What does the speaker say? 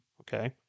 okay